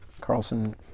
Carlson